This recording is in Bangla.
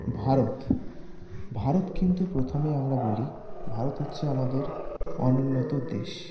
ভারত ভারত কিন্তু প্রথমে আমরা বলি ভারত হচ্ছে আমাদের অনুন্নত দেশ